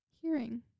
Hearing